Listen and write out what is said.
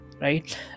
right